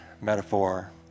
metaphor